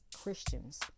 Christians